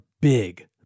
big